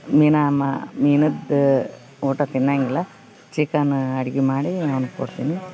ಮೀನ ಮ ಮೀನದ್ದ ಊಟ ತಿನ್ನಂಗಿಲ್ಲ ಚಿಕನ್ ಅಡ್ಗಿ ಮಾಡಿ ಅವ್ನ್ಗ ಕೊಡ್ತೀನಿ